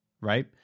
Right